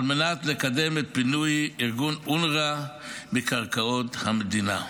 על מנת לקדם את פינוי ארגון אונר"א מקרקעות המדינה.